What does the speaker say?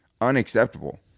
unacceptable